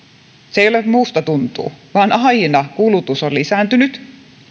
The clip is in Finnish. se ei ole musta tuntuu vaan aina kulutus on lisääntynyt